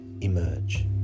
emerge